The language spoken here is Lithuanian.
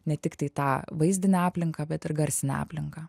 ne tiktai tą vaizdinę aplinką bet ir garsinę aplinką